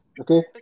Okay